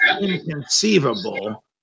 inconceivable